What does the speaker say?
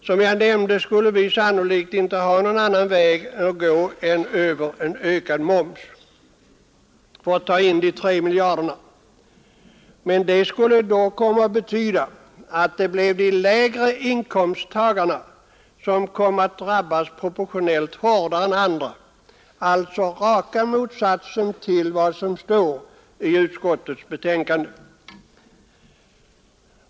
Som jag nämnde skulle vi sannolikt inte ha någon annan väg att gå än över ökad moms för att ta in de 3 miljarderna. Men det skulle då komma att betyda att de lägre inkomsttagarna kom att drabbas proportionellt hårdare än andra, alltså raka motsatsen till vad som står i utskottets betänkande.